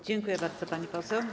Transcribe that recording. Dziękuję bardzo, pani poseł.